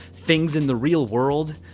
things in the real world.